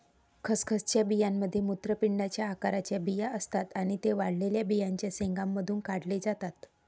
खसखसच्या बियांमध्ये मूत्रपिंडाच्या आकाराचे बिया असतात आणि ते वाळलेल्या बियांच्या शेंगांमधून काढले जातात